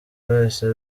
bahise